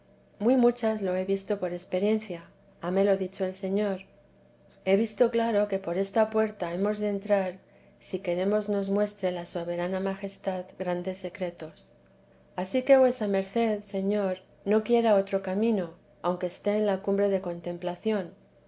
muy muchas lo he visto por experiencia hámelo dicho el señor he visto claro que por esta puerta hemos de entrar si queremos nos muestre la soberana majestad grandes secretos ansí que vuesa merced señor no quiera otro camino aunque esté en la cumbre de contemplación